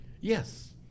Yes